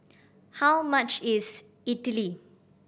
how much is Idili